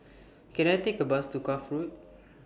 Can I Take A Bus to Cuff Road